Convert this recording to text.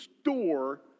store